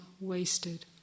wasted